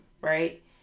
right